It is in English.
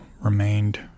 remained